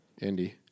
Andy